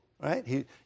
right